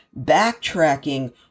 backtracking